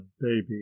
baby